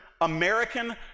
American